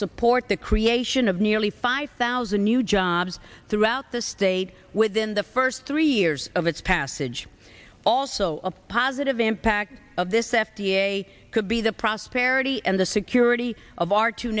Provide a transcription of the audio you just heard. support the creation of nearly five thousand new jobs throughout the state within the first three years of its passage also of positive impact of this f d a could be the prosperity and the security of our two